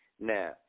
Now